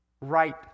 right